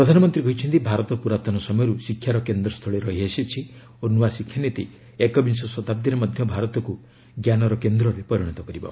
ପ୍ରଧାନମନ୍ତ୍ରୀ କହିଛନ୍ତି ଭାରତ ପୁରାତନ ସମୟରୁ ଶିକ୍ଷାର କେନ୍ଦ୍ରସ୍ଥଳୀ ରହିଆସିଛି ଓ ନୂଆ ଶିକ୍ଷାନୀତି ଏକବିଂଶ ଶତାବ୍ଦୀରେ ମଧ୍ୟ ଭାରତକୁ ଜ୍ଞାନର କେନ୍ଦ୍ରରେ ପରିଣତ କରିବ